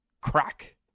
crack